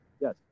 Yes